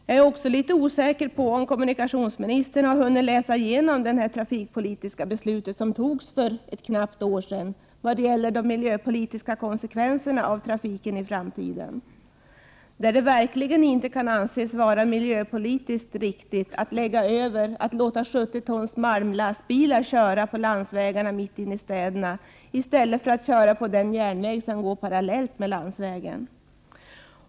Jag är också litet osäker på om kommunikationsministern har hunnit läsa igenom det trafikpolitiska beslut som fattades för ett knappt år sedan vad gäller de miljöpolitiska konsekvenserna av trafiken i framtiden. Det kan verkligen inte anses vara miljöpolitiskt riktigt att låta 70 tons malmlastbilar köra på landsvägarna och mitt inne i städerna i stället för att låta transporterna gå på den järnväg som går parallellt med landsvägen.